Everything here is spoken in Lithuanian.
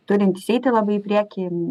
turintys eiti labai į priekį